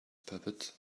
puppet